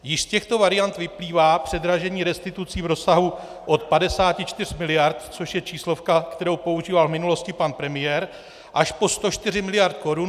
Již z těchto variant vyplývá předražení restitucí v rozsahu od 54 miliard, což je číslovka, kterou používal v minulosti pan premiér, až po 104 miliard korun;